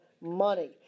money